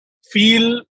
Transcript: feel